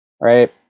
right